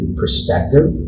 perspective